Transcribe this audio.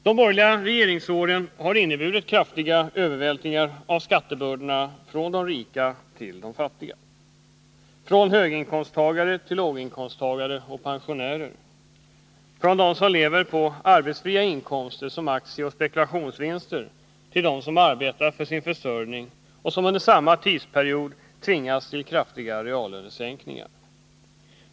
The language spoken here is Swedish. De borgerliga regeringsåren har inneburit kraftiga övervältringar av skattebördorna från de rika till de fattiga, från höginkomsttagare till låginkomsttagare och pensionärer, från dem som lever på arbetsfria inkomster, som aktieoch spekulationsvinster, till dem som arbetar för sin försörjning och som under samma tidsperiod tvingats till kraftiga reallönesänkningar.